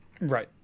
Right